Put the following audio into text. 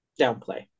downplay